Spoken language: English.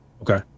Okay